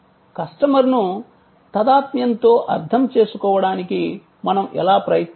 కస్టమర్ను తాదాత్మ్యంతో అర్థం చేసుకోవడానికి మనం ఎలా ప్రయత్నిస్తాము